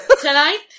tonight